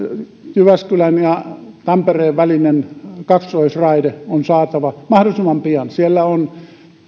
jyväskylän ja tampereen välinen kaksoisraide on saatava mahdollisimman pian siellä on